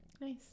Nice